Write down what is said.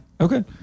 Okay